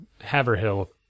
Haverhill